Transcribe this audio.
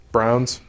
Browns